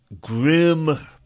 grim